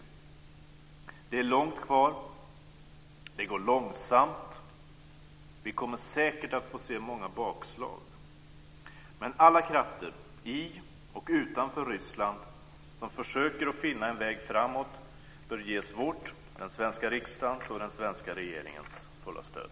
Det är långt kvar. Det går långsamt, och vi kommer säkert att få se många bakslag. Men alla krafter i och utanför Ryssland som försöker finna en väg framåt bör ges vårt, den svenska riksdagens och den svenska regeringens, fulla stöd.